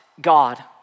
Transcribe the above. God